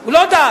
הוא לא דת.